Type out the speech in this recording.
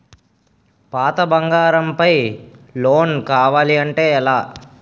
పాత బంగారం పై లోన్ కావాలి అంటే ఎలా?